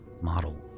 model